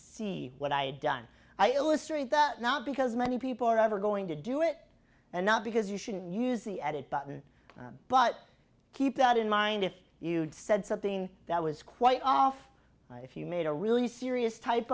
see what i had done i illustrate that not because many people are ever going to do it and not because you shouldn't use the edit button but keep that in mind if you'd said something that was quite off if you made a really serious typ